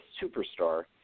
superstar